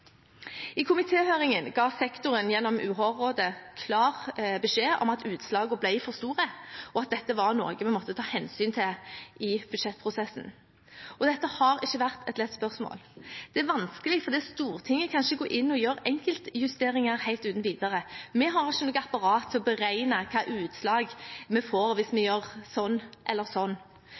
I komitéhøringen ga sektoren gjennom UH-rådet klar beskjed om at utslagene ble for store, og at dette var noe vi måtte ta hensyn til i budsjettprosessen. Dette har ikke vært et lett spørsmål. Det er vanskelig, for Stortinget kan ikke gå inn og gjøre enkeltjusteringer helt uten videre. Vi har ikke noe apparat til å beregne hvilke utslag det gir hvis vi gjør sånn eller sånn.